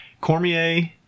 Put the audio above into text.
Cormier